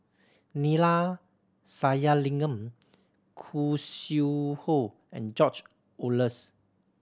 Neila Sathyalingam Khoo Sui Hoe and George Oehlers